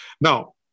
Now